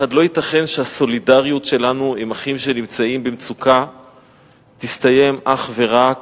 1. לא ייתכן שהסולידריות שלנו עם אחים שנמצאים במצוקה תסתיים אך ורק